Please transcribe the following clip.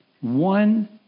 one